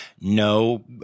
no